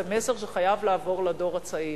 זה מסר שחייב לעבור לדור הצעיר.